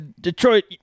Detroit